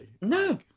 No